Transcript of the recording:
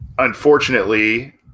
unfortunately